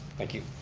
thank you.